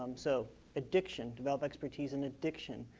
um so addiction, develop expertise in addiction.